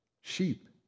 Sheep